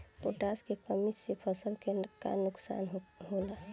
Potash के कमी से फसल के का नुकसान होला?